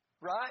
Right